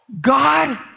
God